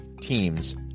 teams